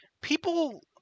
People